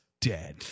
dead